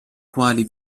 quali